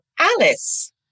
Alice